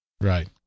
Right